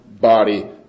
body